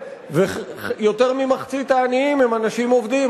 ויותר ממחצית העניים הם אנשים עובדים,